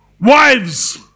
Wives